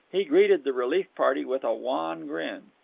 he greeted the relief-party with a wan grin.